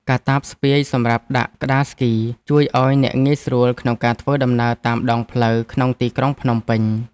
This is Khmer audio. កាតាបស្ពាយសម្រាប់ដាក់ក្ដារស្គី ជួយឱ្យអ្នកងាយស្រួលក្នុងការធ្វើដំណើរតាមដងផ្លូវក្នុងទីក្រុងភ្នំពេញ។